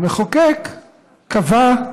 המחוקק קבע,